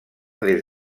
des